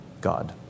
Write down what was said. God